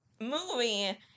movie